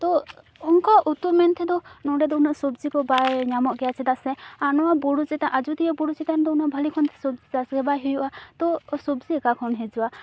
ᱛᱚ ᱩᱝᱠᱩᱣᱟᱜ ᱩᱛᱩ ᱢᱮᱱᱛᱮᱫᱚ ᱱᱚᱰᱮ ᱫᱚ ᱩᱱᱟᱹᱜ ᱥᱚᱵᱡᱤ ᱫᱚ ᱵᱟᱭ ᱧᱟᱢᱚᱜ ᱜᱮᱭᱟ ᱪᱮᱫᱟᱜ ᱥᱮ ᱱᱚᱣᱟ ᱵᱩᱨᱩ ᱪᱮᱛᱟᱱ ᱟᱡᱚᱫᱤᱭᱟᱹ ᱵᱩᱨᱩ ᱪᱮᱛᱟᱱ ᱩᱱᱟᱹᱜ ᱵᱷᱟᱹᱞᱤ ᱠᱷᱚᱱ ᱥᱚᱵᱡᱤ ᱪᱟᱥ ᱜᱮ ᱵᱟᱭ ᱦᱩᱭᱩᱜᱼᱟ ᱛᱚ ᱥᱚᱵᱡᱤ ᱟᱠᱟ ᱠᱷᱚᱱ ᱦᱤᱡᱩᱜᱼᱟ